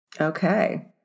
Okay